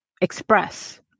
express